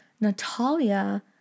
Natalia